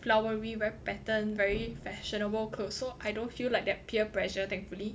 flowery very pattern very fashionable clothes so I don't feel like that peer pressure thankfully